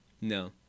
No